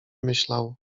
myślał